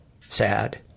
sad